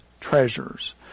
treasures